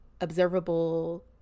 observable